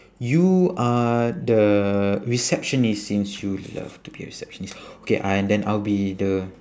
you are the receptionist since you love to be a receptionist okay and then I'll be the